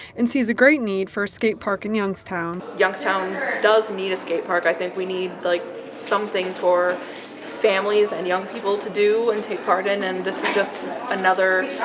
and sees a great need for a skate park in youngstown. youngstown does need a skate park. i think we need like something for families and young people to do and take part in, and this is just another,